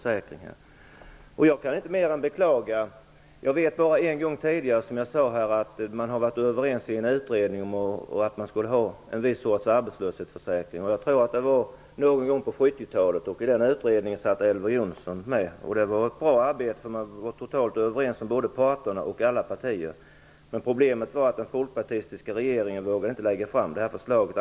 Som jag sade har man i en utredning varit överens om en viss sorts arbetslöshetsförsäkring. Jag tror att det var någon gång på 70-talet. I denna utredning satt Elver Jonsson med. Utredningen gjorde ett bra arbete, och man var totalt överens med både parterna och med alla partier. Men problemet var att den folkpartistiska regeringen inte vågade lägga fram förslaget.